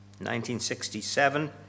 1967